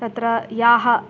तत्र याः